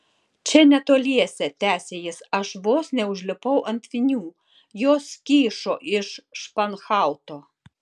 čia netoliese tęsė jis aš vos neužlipau ant vinių jos kyšo iš španhauto